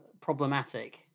Problematic